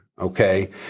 Okay